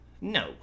No